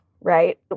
right